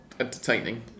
Entertaining